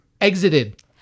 exited